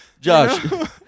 Josh